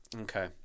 Okay